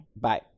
Bye